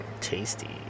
Tasty